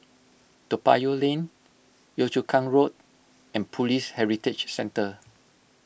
Toa Payoh Lane Yio Chu Kang Road and Police Heritage Centre